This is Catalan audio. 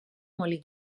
molí